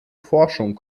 forschung